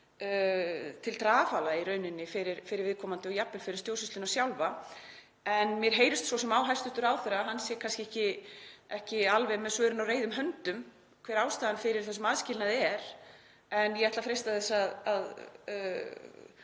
til trafala í rauninni fyrir viðkomandi og jafnvel fyrir stjórnsýsluna sjálfa. En mér heyrist svo sem á hæstv. ráðherra að hann sé kannski ekki alveg með svörin á reiðum höndum hver ástæðan fyrir þessum aðskilnaði er. En ég ætla að freista þess að